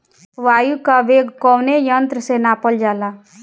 वायु क वेग कवने यंत्र से नापल जाला?